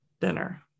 Dinner